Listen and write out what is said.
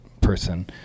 person